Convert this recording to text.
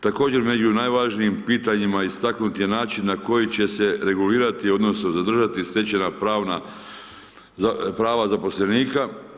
Također među najvažnijim pitanjima istaknut je način na koji će se regulirati odnosno zadržati stečena pravna, prava zaposlenika.